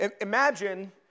Imagine